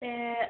ಮತ್ತೆ